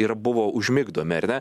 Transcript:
ir buvo užmigdomi ar ne